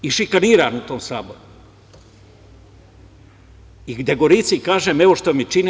Išikaniran u tom saboru i gde Gorici kažem, evo što mi čine.